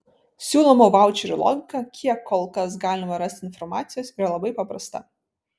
siūlomų vaučerių logika kiek kol kas galima rasti informacijos yra labai paprasta